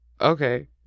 okay